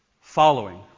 following